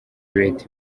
leta